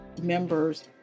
members